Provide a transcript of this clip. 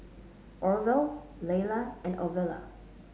Orvel Layla and Ovila